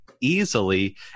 easily